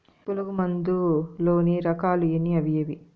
పులుగు మందు లోని రకాల ఎన్ని అవి ఏవి?